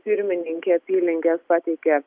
pirmininkė apylinkės pateikė